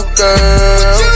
girl